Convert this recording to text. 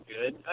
good